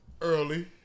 early